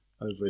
over